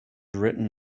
written